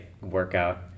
workout